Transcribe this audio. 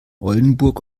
oldenburg